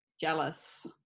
jealous